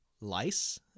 lice